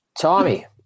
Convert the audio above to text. Tommy